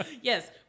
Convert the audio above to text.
Yes